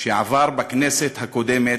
עבר בכנסת הקודמת,